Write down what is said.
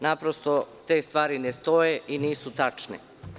Naprosto, te stvari ne stoje i nisu tačne.